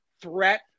threat